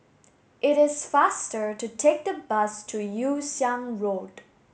it is faster to take the bus to Yew Siang Road